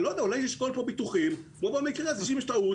אני לא יודע, אולי נשקול כאן ביטוחים שאם יש טעות,